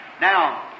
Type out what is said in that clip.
Now